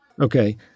Okay